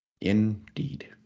Indeed